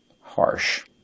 harsh